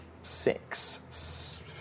six